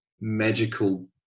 magical